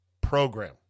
program